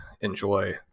enjoy